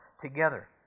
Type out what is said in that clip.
together